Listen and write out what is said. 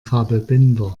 kabelbinder